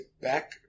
back